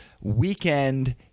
weekend